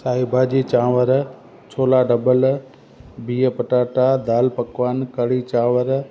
साई भाॼी चांवर छोला डॿल बिह पटाटा दाल पकवान कढ़ी चांवर